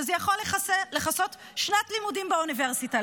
שזה יכול לכסות שנת לימודים באוניברסיטה,